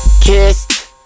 Kissed